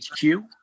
HQ